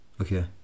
okay